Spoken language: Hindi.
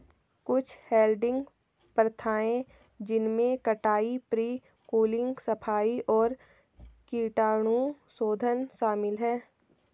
कुछ हैडलिंग प्रथाएं जिनमें कटाई, प्री कूलिंग, सफाई और कीटाणुशोधन शामिल है